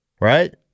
right